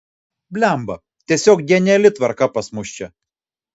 blemba tiesiog geniali tvarka pas mus čia